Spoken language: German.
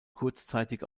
kurzzeitig